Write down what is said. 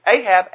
Ahab